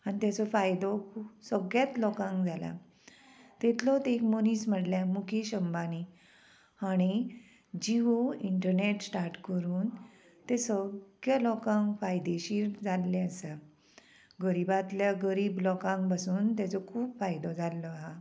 आनी तेचो फायदो सगळ्याच लोकांक जाला तितलोच एक मनीस म्हणल्यार मुखेश अंबानी हाणें जिओ इंटरनेट स्टार्ट करून तें सगळ्या लोकांक फायदेशीर जाल्लें आसा गरिबांतल्या गरीब लोकांक पसून तेचो खूब फायदो जाल्लो आहा